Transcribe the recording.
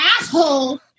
asshole